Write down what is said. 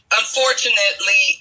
unfortunately